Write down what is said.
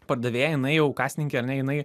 pardavėja jinai jau kasininkė ar ne jinai